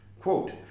Quote